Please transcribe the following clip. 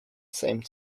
same